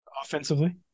Offensively